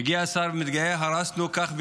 מגיע השר ומתגאה: הרסנו כך וכך.